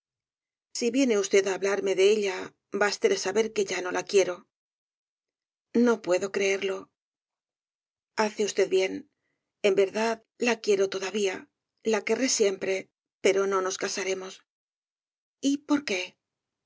si viene usted á hablarme de ella bástele saber que ya no la quiero no puedo creerlo hace usted bien en verdad la quiero todavía la querré siempre pero no nos casaremos y por qué